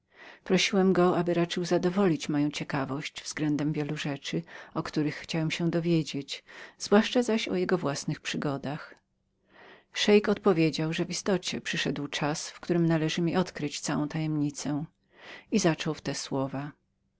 prosiłem go aby raczył zadowolić moją ciekawość względem wielu rzeczy o których chciałem się dowiedzieć zwłaszcza zaś o jego własnych przygodach szeik odpowiedział że w istocie przyszedł czas w którym należało mi odkryć całą tajemnicę i zaczął w te słowa